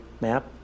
MAP